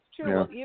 true